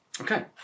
Okay